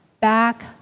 Back